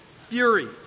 Fury